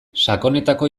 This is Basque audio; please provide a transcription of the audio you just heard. sakonetako